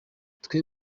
twe